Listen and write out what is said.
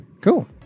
cool